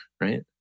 right